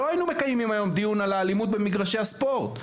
לא היינו מקיימים היום דיון על האלימות במגרשי הספורט.